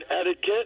etiquette